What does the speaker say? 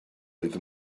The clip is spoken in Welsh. oedd